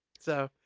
so,